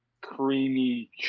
creamy